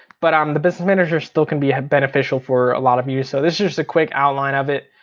but um the business manager still can be beneficial for a lot of you. so this is just a quick outline of it.